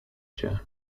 cię